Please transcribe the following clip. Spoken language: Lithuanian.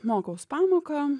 mokaus pamoką